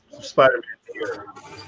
Spider-Man